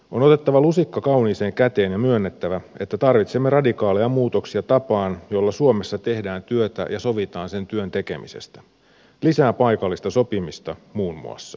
on otettava lusikka kauniiseen käteen ja myönnettävä että tarvitsemme radikaaleja muutoksia tapaan jolla suomessa tehdään työtä ja sovitaan sen työn tekemisestä lisää paikallista sopimista muun muassa